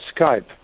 Skype